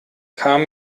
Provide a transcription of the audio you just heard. kam